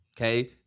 okay